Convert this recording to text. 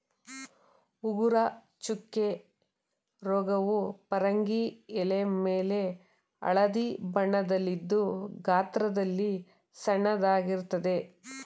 ಉಂಗುರ ಚುಕ್ಕೆ ರೋಗವು ಪರಂಗಿ ಎಲೆಮೇಲೆ ಹಳದಿ ಬಣ್ಣದಲ್ಲಿದ್ದು ಗಾತ್ರದಲ್ಲಿ ಸಣ್ಣದಾಗಿರ್ತದೆ